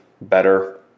better